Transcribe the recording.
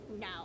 no